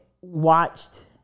watched